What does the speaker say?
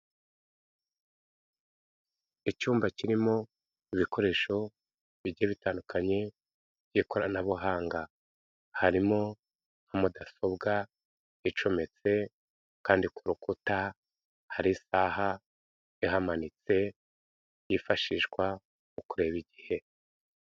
Icyumba kirimo ibikoresho bigiye bitandukanye by'ikoranabuhanga, harimo mudasobwa icometse kandi ku rukuta hari isaha ihamanitse yifashishwa mu kureba igihe.